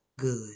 good